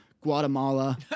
Guatemala